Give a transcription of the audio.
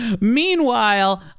meanwhile